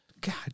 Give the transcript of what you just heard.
God